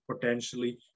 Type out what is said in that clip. potentially